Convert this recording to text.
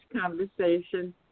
conversation